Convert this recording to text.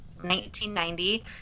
1990